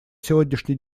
сегодняшней